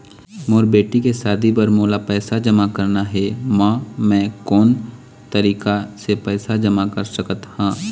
मोर बेटी के शादी बर मोला पैसा जमा करना हे, म मैं कोन तरीका से पैसा जमा कर सकत ह?